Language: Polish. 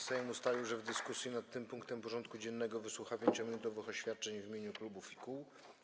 Sejm ustalił, że w dyskusji nad tym punktem porządku dziennego wysłucha 5-minutowych oświadczeń w imieniu klubów i kół.